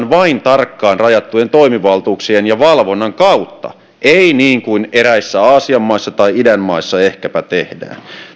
vain tarkkaan rajattujen toimivaltuuksien ja valvonnan kautta ei niin kuin eräissä aasian maissa tai idän maissa ehkäpä tehdään